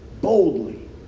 boldly